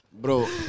Bro